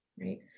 Right